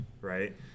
right